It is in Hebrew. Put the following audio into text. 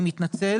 אני מתנצל,